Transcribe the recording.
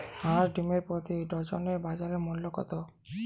হাঁস ডিমের প্রতি ডজনে বাজার মূল্য কত?